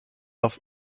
auf